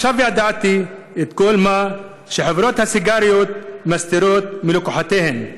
עכשיו ידעתי את כל מה שחברות הסיגריות מסתירות מלקוחותיהן,